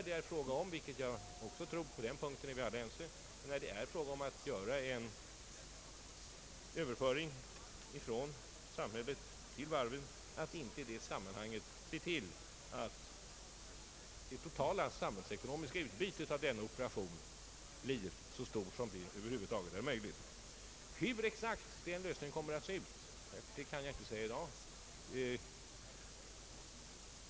Det är ju här fråga om att göra en överföring från samhället till varven, och då måste man naturligtvis se till att det totala samhällsekonomiska utbytet av denna operation blir så stort som över huvud taget är möjligt. Hur den lösningen exakt kommer att se ut kan jag inte säga i dag.